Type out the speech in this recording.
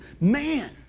man